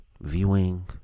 viewing